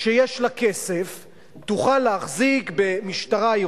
פוגעת במשטרה,